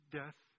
death